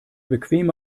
bequeme